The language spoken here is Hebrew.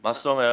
מה זאת אומרת?